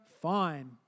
fine